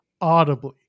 audibly